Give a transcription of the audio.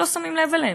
לא שמים לב אליהם.